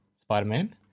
Spider-Man